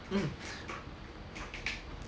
mm